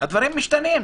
הדברים משתנים.